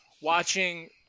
watching